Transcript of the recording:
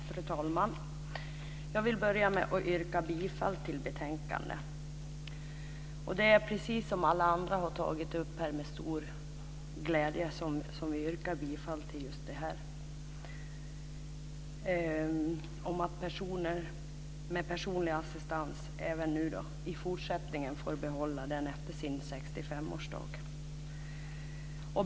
Fru talman! Jag vill börja med att yrka bifall till hemställan i det här betänkandet. Det är, precis som alla andra har tagit upp, med stor glädje som vi yrkar bifall till just det här som handlar om att personer med personlig assistans i fortsättningen även får behålla den efter sin 65-årsdag.